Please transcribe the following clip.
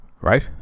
right